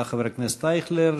שהעלה חבר הכנסת אייכלר,